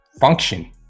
function